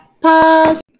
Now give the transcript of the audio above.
Pause